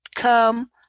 come